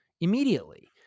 immediately